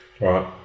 Right